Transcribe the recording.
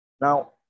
Now